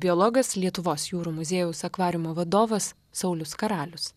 biologas lietuvos jūrų muziejaus akvariumo vadovas saulius karalius